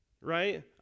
right